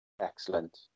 Excellent